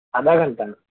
آدھا گھنٹہ